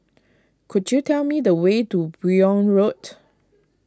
could you tell me the way to Buyong Road